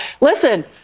Listen